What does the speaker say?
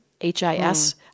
H-I-S